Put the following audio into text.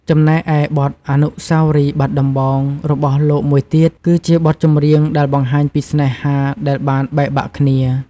ចំណែកឯបទ អនុស្សាវរីយ៍បាត់ដំបង របស់លោកមួយទៀត គឺជាបទចម្រៀងដែលបង្ហាញពីស្នេហាដែលបានបែកបាក់គ្នា។